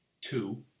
two